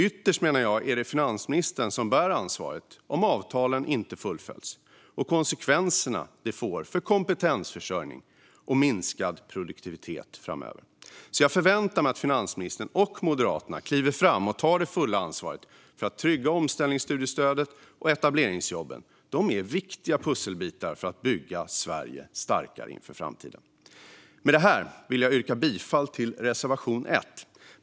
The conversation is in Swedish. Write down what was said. Jag menar att det ytterst är finansministern som bär ansvaret för om avtalen inte fullföljs och för de konsekvenser detta får för kompetensförsörjning och produktivitet. Jag förväntar mig därför att finansministern och Moderaterna kliver fram och tar det fulla ansvaret för att trygga omställningsstudiestödet och etableringsjobben. De är viktiga pusselbitar för att bygga Sverige starkare. Med detta vill jag yrka bifall till reservation 1.